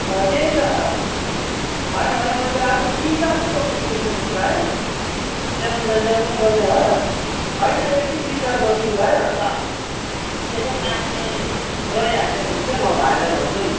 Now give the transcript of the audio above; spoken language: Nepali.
हो त्यही त होइन भाइ मैले आज सिसा चाहिँ बोक्नु बिर्सेछु कि भाइ ल्याउनु त ल्याउनु नै पर्ने हो होइन एकछिन बिचार गर्छु कि भाइ अन्त यसो पानी रहिहाल्यो भने चाहिँ म भाइलाई भन्छु नि